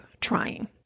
trying